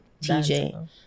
TJ